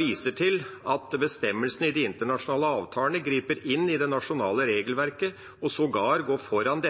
viser til at «bestemmelsene i de internasjonale avtalene griper inn i det nasjonale regelverket og går foran,